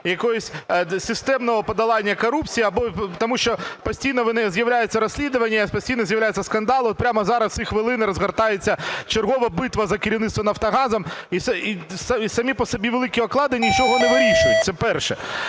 якогось системного подолання корупції, тому що постійно з'являються розслідування, постійно з'являються скандали. От прямо зараз в ці хвилини розгортається чергова битва за керівництво "Нафтогазом". Самі по собі великі оклади нічого не вирішують. Це перше.